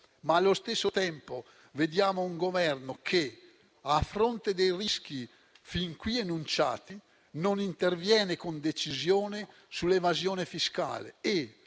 ma allo stesso tempo vediamo un Governo che, a fronte dei rischi fin qui enunciati, non interviene con decisione sull'evasione fiscale e,